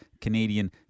Canadian